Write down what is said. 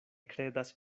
kredas